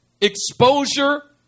exposure